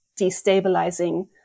destabilizing